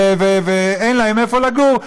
ואין להם איפה לגור,